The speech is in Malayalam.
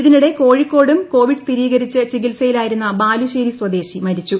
ഇതിനിടെ കോഴിക്കോടും കോവിഡ് സ്ഥിരീകരിച്ച് ചികിത്സയിലായിരുന്ന ബാലുശ്ശേരി സ്വദേശി മരിച്ചു